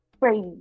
crazy